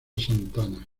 santana